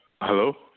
Hello